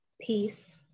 peace